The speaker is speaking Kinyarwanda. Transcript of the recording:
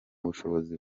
bushobozi